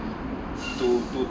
to to